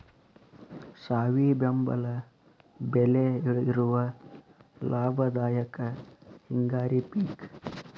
ಸಾವಿ ಬೆಂಬಲ ಬೆಲೆ ಇರುವ ಲಾಭದಾಯಕ ಹಿಂಗಾರಿ ಪಿಕ್